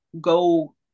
go